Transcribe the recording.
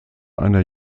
einer